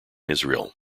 israel